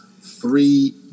three